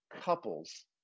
couples